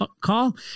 call